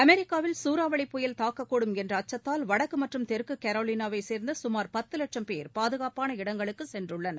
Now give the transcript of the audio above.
அமெிக்காவில் சூறாவளி புயல் தாக்கக்கூடும் என்ற அச்சத்தால் வடக்கு மற்றும் தெற்கு கரோலினாவை சே்ந்த சுமார் பத்து வட்சம் பேர் பாதுகாப்பான இடங்களுக்கு சென்றுள்ளனர்